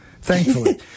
thankfully